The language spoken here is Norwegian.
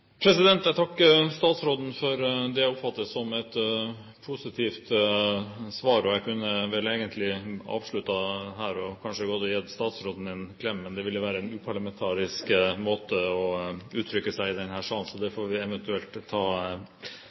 Jeg takker statsråden for det jeg oppfatter som et positivt svar. Jeg kunne vel egentlig ha avsluttet her og kanskje gått og gitt statsråden en klem, men det ville være en uparlamentarisk måte å uttrykke seg på i denne salen, så det får vi eventuelt ta